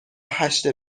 هشت